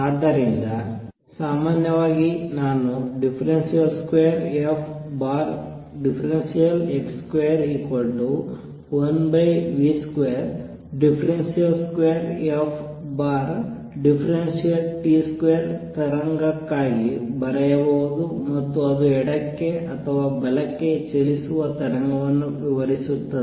ಆದ್ದರಿಂದ ಸಾಮಾನ್ಯವಾಗಿ ನಾನು 2fx21v22ft2 ತರಂಗಕ್ಕಾಗಿ ಬರೆಯಬಹುದು ಮತ್ತು ಅದು ಎಡಕ್ಕೆ ಅಥವಾ ಬಲಕ್ಕೆ ಚಲಿಸುವ ತರಂಗವನ್ನು ವಿವರಿಸುತ್ತದೆ